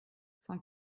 sans